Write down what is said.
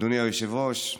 אדוני היושב-ראש,